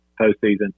postseason